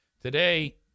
Today